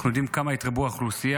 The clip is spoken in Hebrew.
אנחנו יודעים כמה התרבתה האוכלוסייה,